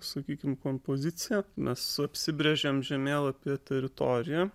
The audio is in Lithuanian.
sakykim kompozicija mes apsibrėžėm žemėlapyje teritoriją